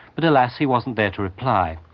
but alas he wasn't there to reply.